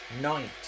night